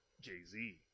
Jay-Z